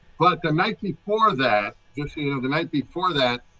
but the night before that, it's, you know, the night before that,